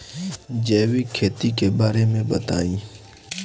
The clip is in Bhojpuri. जैविक खेती के बारे में बताइ